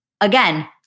again